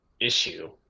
Issue